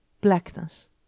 blackness